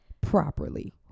properly